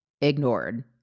ignored